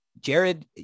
Jared